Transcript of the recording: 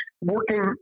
working